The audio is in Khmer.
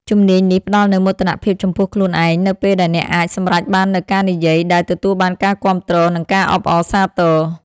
ជំនាញនេះផ្ដល់នូវមោទនភាពចំពោះខ្លួនឯង នៅពេលដែលអ្នកអាចសម្រេចបាននូវការនិយាយដែលទទួលបានការគាំទ្រ និងការអបអរសាទរ។